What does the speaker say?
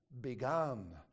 began